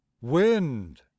Wind